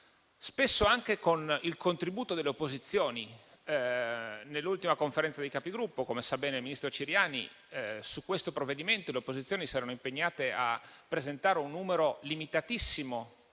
spesso anche con il contributo delle opposizioni. Nell'ultima Conferenza dei Capigruppo - come sa bene il ministro Ciriani - su questo provvedimento le opposizioni si erano impegnate a presentare un numero limitatissimo